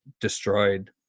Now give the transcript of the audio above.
destroyed